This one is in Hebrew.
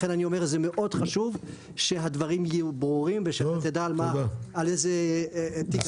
לכן אני אומר זה מאוד חשוב שהדברים יהיו ברורים ושאתה תדע על איזה תיק